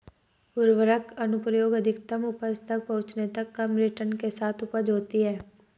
उर्वरक अनुप्रयोग अधिकतम उपज तक पहुंचने तक कम रिटर्न के साथ उपज होती है